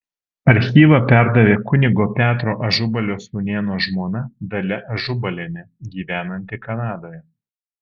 archyvą perdavė kunigo petro ažubalio sūnėno žmona dalia ažubalienė gyvenanti kanadoje